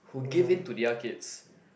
who give in to their kids